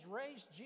raised